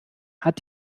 hat